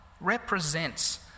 represents